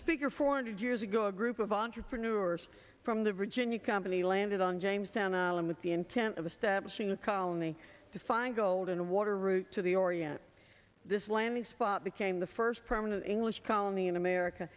speaker four hundred years ago a group of entrepreneurs from the virginia company landed on jamestown island with the intent of establishing a colony to find gold and water route to the orient this landing spot became the first permanent english colony in america